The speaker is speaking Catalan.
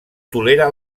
tolera